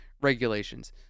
regulations